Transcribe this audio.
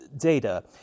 data